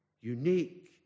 unique